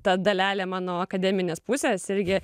ta dalelė mano akademinės pusės irgi